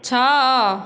ଛଅ